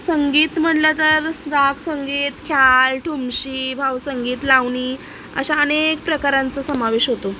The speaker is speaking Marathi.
संगीत म्हणलं तर राग संगीत ख्याल ठुमशी भावसंगीत लावणी अशा अनेक प्रकारांचा समावेश होतो